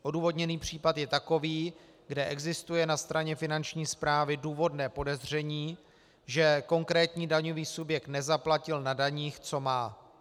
Odůvodněný případ je takový, kde existuje na straně Finanční správy důvodné podezření, že konkrétní daňový subjekt nezaplatil na daních, co má.